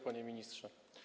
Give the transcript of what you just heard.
Panie Ministrze!